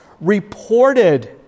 reported